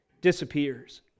Disappears